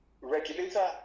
regulator